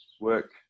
work